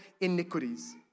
iniquities